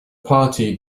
party